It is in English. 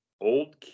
old